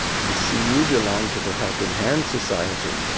i see you belong to the helping hand society.